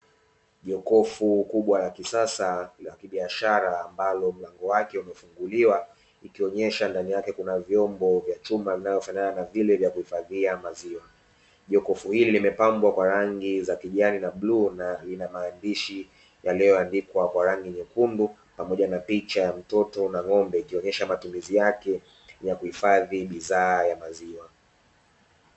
Jokofu kubwa la kisasa la kibiashara ambalo mlango wake umefunguliwa, ikionyesha ndani yake kuna vyombo vya chuma vinavyofanana na vile vya kuhifadhia maziwa. Jokofu hili limepambwa kwa rangi za kijani na bluu, na ina maandishi yaliyoandikwa kwa rangi nyekundu, pamoja na picha ya mtoto na ng'ombe ikionyesha matumizi yake ya kuhifadhi bidhaa ya maziwa.